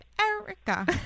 Erica